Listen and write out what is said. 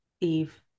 Eve